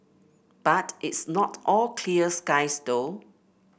but it's not all clear skies though